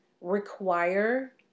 require